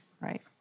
right